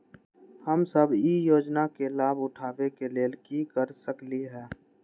हम सब ई योजना के लाभ उठावे के लेल की कर सकलि ह?